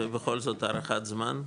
ובכל זאת, הערכת זמן?